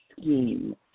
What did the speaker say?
scheme